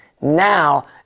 now